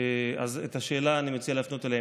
אז את השאלה אני מציע להפנות אליהם.